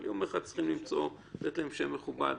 אבל יום אחד צריכים לתת להם שם מכובד.